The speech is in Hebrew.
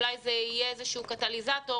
אולי זה יהיה איזשהו קטליזטור